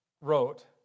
wrote